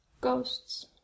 Ghosts